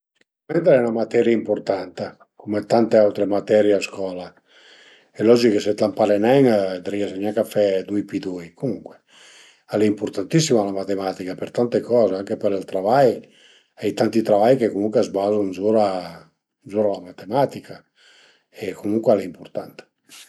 Al e 'na materia ëmpurtanta cume tante autre materie a scola, al e logich che se ti l'ampare nen riese gnanca a fe dui pi dui, comuncue, al e impurtantissima la matematica për tante coze anche për ël travai, a ie tanti travai che comuncue a së bazu zura zura la matematica e comuncue al e ëmpurtanta